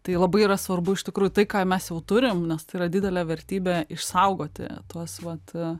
tai labai yra svarbu iš tikrųjų tai ką mes jau turim nes tai yra didelė vertybė išsaugoti tuos vat